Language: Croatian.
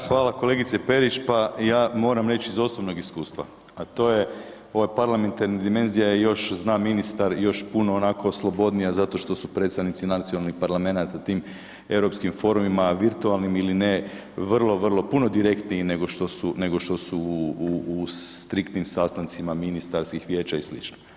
Da, hvala kolegice Perić, pa ja moram reći iz osobnog iskustva, a to je ova parlamentarna dimenzija je još, zna ministar još puno onako slobodnija zato što su predstavnici nacionalnih parlamenata tim europskim forumima virtualnim ili ne, vrlo, vrlo, puno direktniji nego što su u striktnim sastancima ministarskih vijeća i sl.